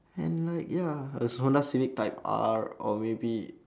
and like ya a honda civic type R or maybe